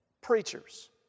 preachers